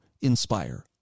inspire